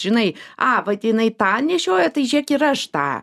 žinai a vat jinai tą nešioja tai žiūrėk ir aš tą